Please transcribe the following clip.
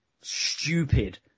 stupid